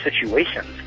situations